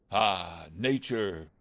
ah! nature!